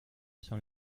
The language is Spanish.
son